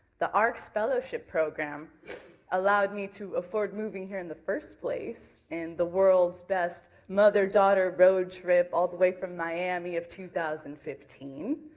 the arcs fellowship program allowed me to afford moving here in the first place in the world's best mother-daughter road trip all the way from miami of two thousand and fifteen.